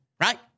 right